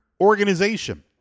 organization